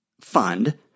fund